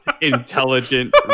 intelligent